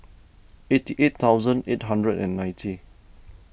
eighty eight thousand eight hundred and ninety